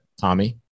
Tommy